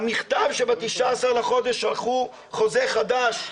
המכתב שב-19 לחודש ערכו חוזה חדש,